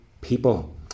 people